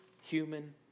human